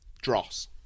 Dross